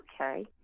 Okay